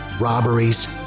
robberies